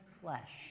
flesh